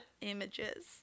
Images